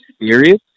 serious